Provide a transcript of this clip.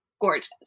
Gorgeous